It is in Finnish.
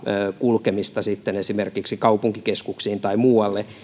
kulkemista esimerkiksi kaupunkikeskuksiin tai muualle